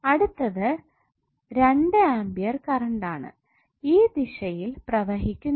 അടുത്തത് 2A കറണ്ടാണ് ഈ ദിശയിൽ പ്രവഹിക്കുന്നത്